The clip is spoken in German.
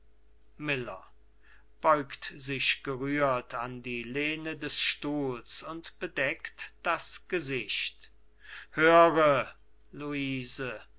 miller beugt sich gerührt an die lehne des stuhls und bedeckt das gesicht höre luise das